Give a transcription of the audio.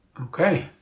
Okay